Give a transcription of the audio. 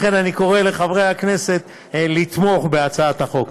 לכן, אני קורא לחברי הכנסת לתמוך בהצעת החוק.